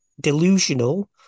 delusional